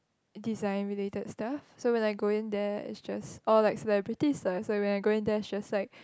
design related stuff so when I go in there it's just or like celebrity stars so when I go in there it's just like